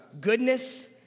goodness